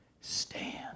stand